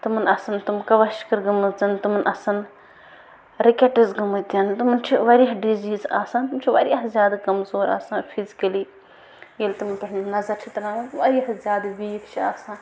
تِمَن آسَن تِم کَوَشکَر گٔمٕژَن تِمَن آسَن رِکٮ۪ٹٕس گٔمٕتۍ تِمَن چھِ واریاہ ڈِزیٖز آسَن تِم چھِ واریاہ زیادٕ کَمزور آسان فِزکٔلی ییٚلہِ تِمَن پٮ۪ٹھ نظر چھِ ترٛاوان واریاہ زیادٕ ویٖک چھِ آسان